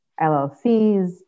LLCs